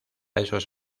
esos